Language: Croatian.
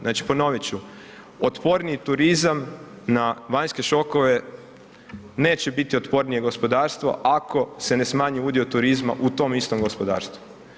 Znači ponovit ću, otporniji turizam na vanjske šokove, neće biti otpornije gospodarstvo ako se ne smanjuje udio turizma u tom istom gospodarstvu.